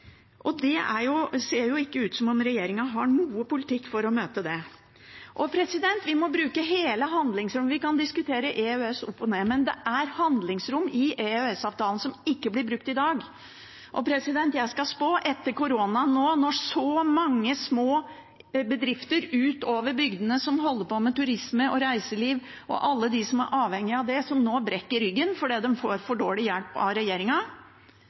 Det ser ikke ut som om regjeringen har noe politikk for å møte det. Vi må bruke hele handlingsrommet. Vi kan diskutere EØS opp og ned, men det er handlingsrom i EØS-avtalen som ikke blir brukt i dag. Jeg skal spå: Etter korona, nå når så mange små bedrifter utover i bygdene som holder på med turisme og reiseliv, og alle de som er avhengige av det, brekker ryggen fordi de får for dårlig hjelp av